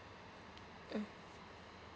mm